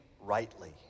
rightly